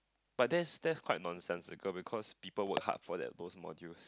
but that's that's quite nonsense occur because people work hard for that both module